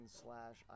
slash